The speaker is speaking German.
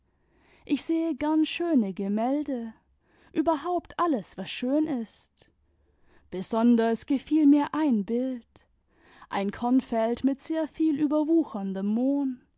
ich sehe gern schöne gemälde überhaupt alles was schön ist besonders gefiel mir ein bild ein kornfeld mit sehr viel überwucherndem mohn